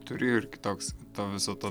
turi ir kitoks to viso to